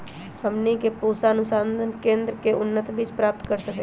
हमनी के पूसा अनुसंधान केंद्र से उन्नत बीज प्राप्त कर सकैछे?